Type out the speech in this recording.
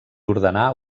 ordenar